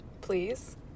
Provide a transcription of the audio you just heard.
please